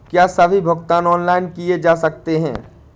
क्या सभी भुगतान ऑनलाइन किए जा सकते हैं?